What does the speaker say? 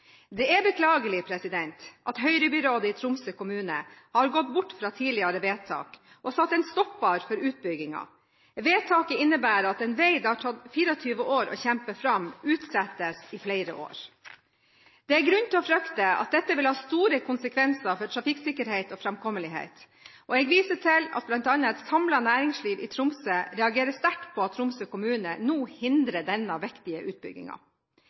Det er beklagelig at Høyre-byrådet i Tromsø kommune har gått bort fra tidligere vedtak og satt en stopper for utbyggingen. Vedtaket innebærer at en vei det har tatt 24 år å kjempe fram, utsettes i flere år. Det er grunn til å frykte at dette vil ha store konsekvenser for trafikksikkerhet og framkommelighet, og jeg viser til at bl.a. et samlet næringsliv i Tromsø reagerer sterkt på at Tromsø kommune hindrer denne viktige